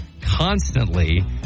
constantly